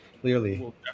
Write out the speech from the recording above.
clearly